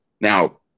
Now